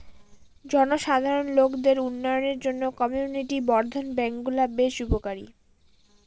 জনসাধারণ লোকদের উন্নয়নের জন্য কমিউনিটি বর্ধন ব্যাঙ্কগুলা বেশ উপকারী